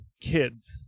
kids